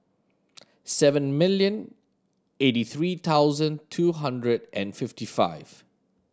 seven million eighty three thousand two hundred and fifty five